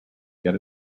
get